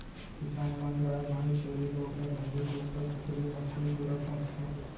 किसान मन गाय भईंस, छेरी बोकरा, भेड़ी, कुकरा कुकरी, मछरी, सूरा पोसथें